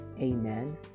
Amen